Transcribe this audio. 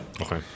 Okay